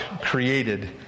created